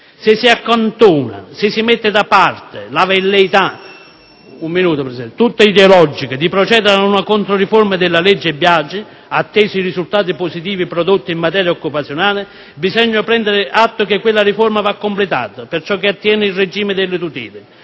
Se si accantona, se si mette da parte la velleità, tutta ideologica, di procedere ad una controriforma della legge Biagi, attesi i risultati positivi prodotti in materia occupazionale, bisogna prendere atto che quella riforma va completata per ciò che attiene il regime delle tutele;